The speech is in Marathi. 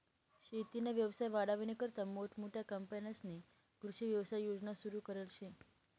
शेतीना व्यवसाय वाढावानीकरता मोठमोठ्या कंपन्यांस्नी कृषी व्यवसाय योजना सुरु करेल शे